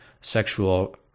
sexual